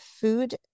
food